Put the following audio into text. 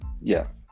Yes